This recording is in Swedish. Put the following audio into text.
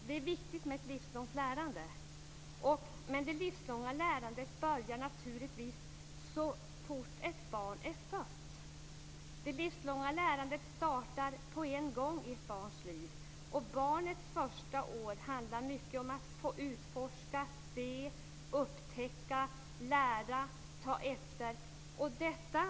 Det är viktigt med ett livslångt lärande. Men det livslånga lärandet börjar naturligtvis så fort ett barn är fött. Det livslånga lärandet startar på en gång i ett barns liv. Barnets första år handlar mycket om att få utforska, se, upptäcka, lära och ta efter.